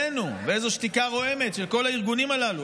ואיזו שתיקה רועמת של כל הארגונים הללו.